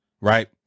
right